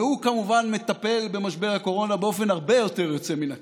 והוא כמובן מטפל במשבר הקורונה באופן הרבה יותר יוצא מן הכלל.